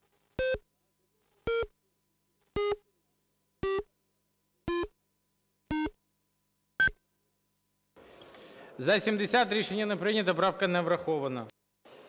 За-70 Рішення не прийнято. Правка не врахована.